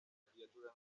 criatura